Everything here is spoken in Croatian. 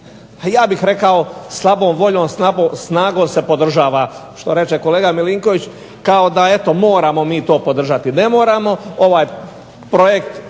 ja bih rekao slabom voljom, snagom se podržava što reče kolega Milinković, kao da eto moramo mi to podržati. Ne moramo, ovaj projekt